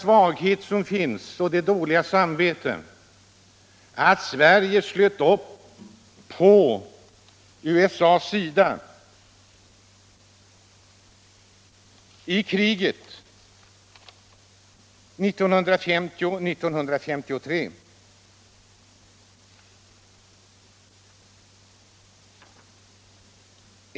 Sverige har dåligt samvete över att det slöt upp på USA:s sida i kriget 1950-1953.